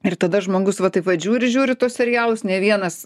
ir tada žmogus va taip vat žiūri žiūri tuos serialus ne vienas